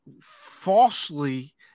falsely